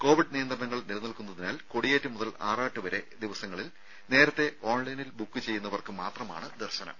Covid നിയന്ത്രണങ്ങൾ നില നിൽക്കന്നതിനാൽ കൊടിയേറ്റ് മുതൽ ആറാട്ട് വരെ ദിവ സങ്ങളിൽ നേരത്തെ ഓൺലൈനിൽ ബുക്ക് ചെയ്യുന്ന വർക്ക് മാത്രമാണ് ദർശനം